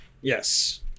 Yes